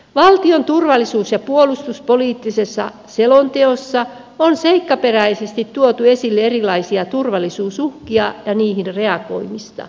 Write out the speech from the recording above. valtion turvallisuus ja puolustuspoliittisessa selonteossa on seikkaperäisesti tuotu esille erilaisia turvallisuusuhkia ja niihin reagoimista